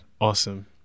Awesome